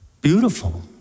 beautiful